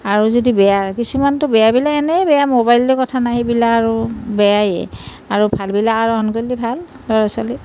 আৰু যদি বেয়া কিছুমানটো বেয়াবিলাক এনেই বেয়া মোবাইলৰ কথা নাই সেইবিলাক আৰু বেয়াই আৰু ভালবিলাক আহৰণ কৰিলে ভাল ল'ৰা ছোৱালীয়ে